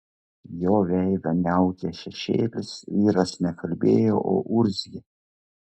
jo veidą niaukė šešėlis vyras ne kalbėjo o urzgė